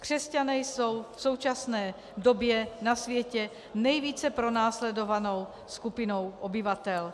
Křesťané jsou v současné době na světě nejvíce pronásledovanou skupinou obyvatel.